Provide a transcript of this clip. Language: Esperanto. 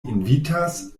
invitas